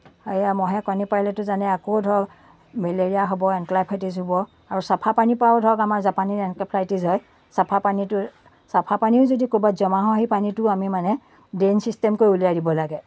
এয়া মহে কণী পাৰিলেতো জানেই আকৌ ধৰক মেলেৰিয়া হ'ব এনক্লেফাইটিচ হ'ব আৰু চাফা পানীৰ পৰাও ধৰক আমাৰ জাপানীজ এনক্লেফাইটিচ হয় চাফা পানীটো চাফা পানীও যদি ক'ৰবাত জমা হয় সেই পানীটো আমি মানে ড্ৰেইন ছিষ্টেম কৰি উলিয়াই দিব লাগে